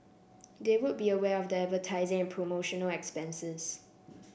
they would be aware of the advertising and promotional expenses